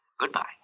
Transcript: Goodbye